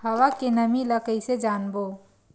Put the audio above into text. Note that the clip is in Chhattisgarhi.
हवा के नमी ल कइसे जानबो?